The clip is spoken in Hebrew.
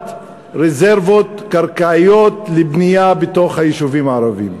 רזרבות קרקעיות לבנייה בתוך היישובים הערבים.